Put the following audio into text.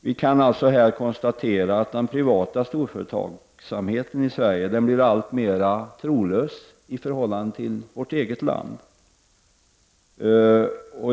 Vi kan alltså konstatera att den privata storföretagsamheten i Sverige blir alltmer trolös i förhållande till vårt eget land.